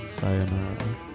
sayonara